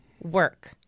work